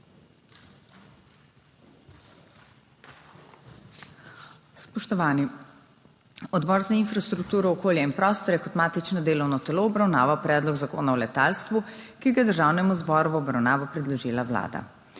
Spoštovani! Odbor za infrastrukturo, okolje in prostor je kot matično delovno telo obravnaval Predlog zakona o letalstvu, ki ga je Državnemu zboru v obravnavo predložila Vlada.